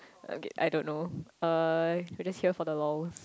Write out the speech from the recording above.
okay I don't know uh I just here for the lols